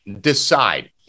decide